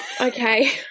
Okay